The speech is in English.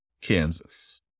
Kansas